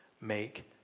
make